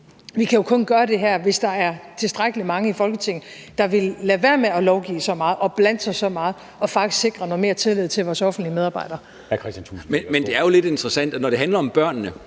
så kan vi jo kun gøre det her, hvis der er tilstrækkelig mange i Folketinget, der vil lade være med at lovgive så meget og blande sig så meget og faktisk sikre noget mere tillid til vores offentligt ansatte medarbejdere. Kl. 14:00 Formanden (Henrik Dam Kristensen):